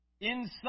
Inside